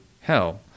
hell